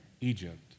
Egypt